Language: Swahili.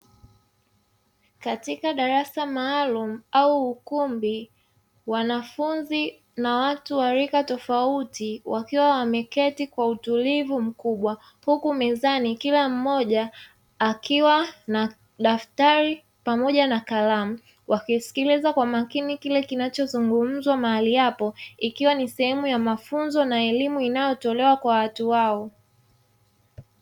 Katika darasa maalumu au ukumbi wanafunzi na watu wa rika tofauti wakiwa wameketi kwa utulivu mkubwa, huku mezani kila mmoja akiwa na daftari pamoja na kalamu, wakisikiliza kwa makini kile kinachozungumzwa mahali hapo ikiwa ni sehemu ya mafunzo na elimu inayotolewa kwa watu hao.